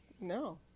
No